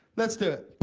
let's do it.